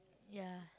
ya